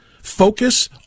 focus